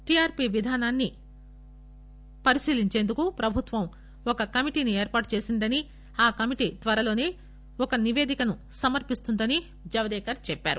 TRP విధానాన్ని పరిశీలించేందుకు ప్రభుత్వం ఒక కమిటీని ఏర్పాటు చేసిందని ఆ కమిటీ త్వరలోసే ఒక నిపేదికను సమర్పిస్తుందని జవదేకర్ చెప్పారు